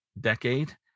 decade